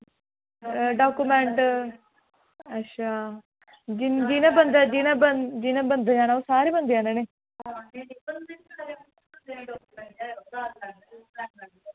document अच्छा जिन जिनै बंदै जिनै बंदें जिनै बंदें जाना ओह् सारे बंदे आह्नने